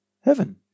Heaven